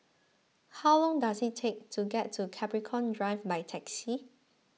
how long does it take to get to Capricorn Drive by taxi